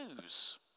news